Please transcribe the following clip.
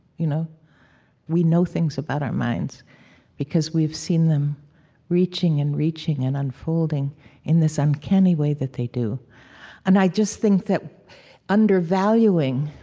you know we know things about our minds because we have seen them reaching and reaching and unfolding in this uncanny way that they do and i just think that undervaluing